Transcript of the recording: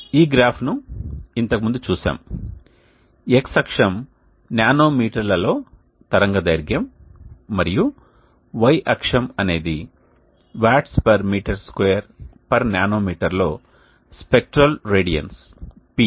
మనం ఈ గ్రాఫ్ను ఇంతకు ముందు చూసాము x అక్షం నానోమీటర్లలో తరంగదైర్ఘ్యం మరియు y అక్షం అనేది Wattsm2nanometer లో స్పెక్ట్రల్ రేడియన్స్ Ps